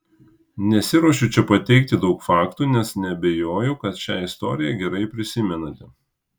nesiruošiu čia pateikti daug faktų nes neabejoju kad šią istoriją gerai prisimenate